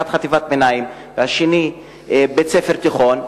אחד חטיבת ביניים והשני בית-ספר תיכון,